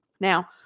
Now